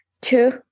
two